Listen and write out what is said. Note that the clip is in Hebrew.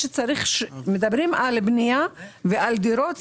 כשמדברים על בנייה ועל דירות,